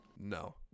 No